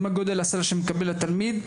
מה גודל הסל שמקבל התלמיד?